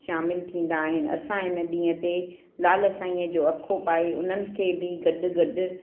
शामिल थींदा आहिनि असां इन ॾींहं ते लाल साईअ जो अखो पाए उन्हनि खे बि गॾु गॾु